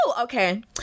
okay